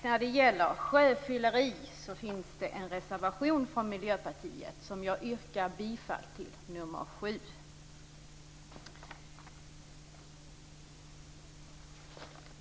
När det gäller sjöfylleri finns det en reservation från Miljöpartiet som jag yrkar bifall till, nämligen nr 7.